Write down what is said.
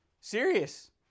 Serious